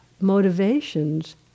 motivations